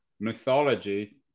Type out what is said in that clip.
mythology